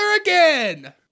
again